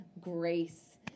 grace